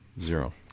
Zero